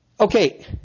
Okay